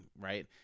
right